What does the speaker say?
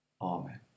Amen